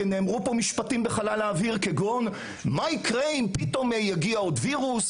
כי נשאל פה מה יקרה אם פתאום יגיע עוד וירוס,